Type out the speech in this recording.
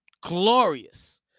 glorious